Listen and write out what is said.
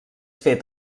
fet